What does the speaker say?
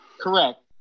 Correct